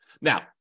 Now